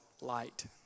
light